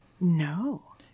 no